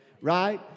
right